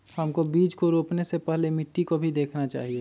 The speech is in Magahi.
हमको बीज को रोपने से पहले मिट्टी को भी देखना चाहिए?